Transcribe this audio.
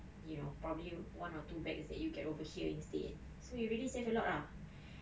you know probably one or two bags that you get over here instead so you really save a lot ah